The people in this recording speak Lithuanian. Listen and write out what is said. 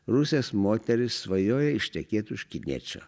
rusės moterys svajoja ištekėt už kiniečio